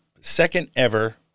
second-ever